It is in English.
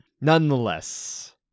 nonetheless